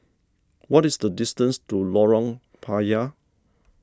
what is the distance to Lorong Payah